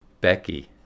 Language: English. Becky